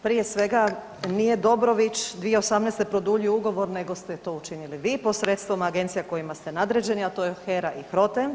Prije svega nije Dobrović 2018.g. produljio ugovor, nego ste to učinili vi posredstvom agencija kojima ste nadređeni, a to je HERA i HROTE.